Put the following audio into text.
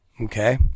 Okay